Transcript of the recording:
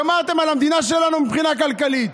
גמרתם על המדינה שלנו מבחינה כלכלית.